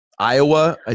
Iowa